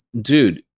dude